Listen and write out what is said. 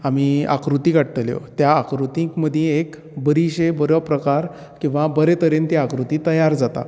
आमी आकृती काडटल्यो त्या आकृतीक मदी एक बरीशी बरो प्रकार किंवां बरें तरेन ती आकृती तयार जाता